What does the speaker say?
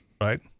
right